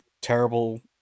terrible